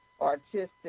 artistic